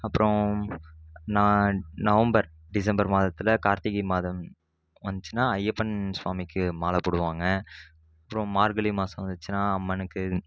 அப்புறம் நான் November December மாதத்தில் கார்த்திகை மாதம் வந்துச்சுனா ஐயப்பன் சுவாமிக்கு மாலை போடுவாங்க அப்புறம் மார்கழி மாதம் வந்துச்சுன்னா அம்மனுக்கு